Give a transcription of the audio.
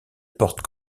portent